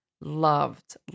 loved